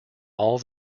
all